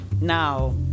Now